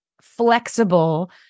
flexible